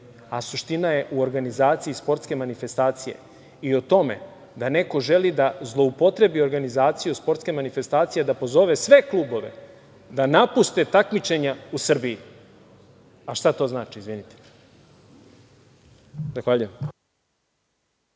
a suština je u organizaciji sportske manifestacije i o tome da neko želi da zloupotrebi organizaciju sportske manifestacije da pozove sve klubove da napuste takmičenja u Srbiji. Šta to znači izvinite? Zahvaljujem.